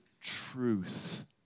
truth